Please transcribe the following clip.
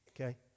Okay